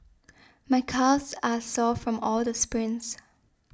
my calves are sore from all the sprints